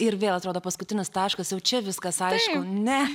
ir vėl atrodo paskutinis taškas jau čia viskas aišku ne